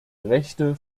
rechte